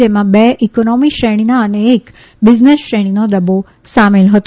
જેમાં બે ઇકોનોમિ શ્રેણીના અને એક બિઝનેસ શ્રેણીનો ડબ્બો સામેલ હતો